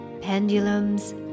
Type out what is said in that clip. pendulums